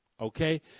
Okay